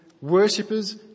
worshippers